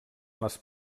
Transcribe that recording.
les